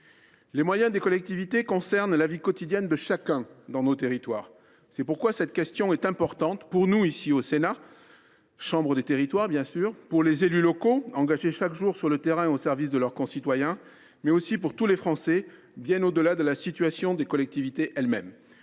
Les moyens des collectivités concernent la vie quotidienne de chacun dans nos territoires. Aussi cette question revêt elle une importance particulière pour nous, au Sénat, chambre des territoires, pour les élus locaux engagés chaque jour sur le terrain au service de leurs concitoyens, mais aussi pour tous les Français, bien au delà de la situation des collectivités elles mêmes.